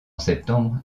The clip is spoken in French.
septembre